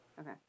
Okay